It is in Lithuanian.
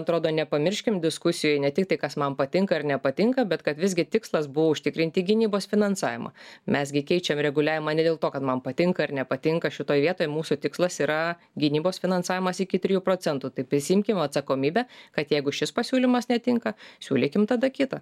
atrodo nepamirškim diskusijoj ne tik tai kas man patinka ar nepatinka bet kad visgi tikslas buvo užtikrinti gynybos finansavimą mes gi keičiam reguliavimą ne dėl to kad man patinka ar nepatinka šitoj vietoj mūsų tikslas yra gynybos finansavimas iki trijų procentų tai prisiimkim atsakomybę kad jeigu šis pasiūlymas netinka siūlykim tada kitą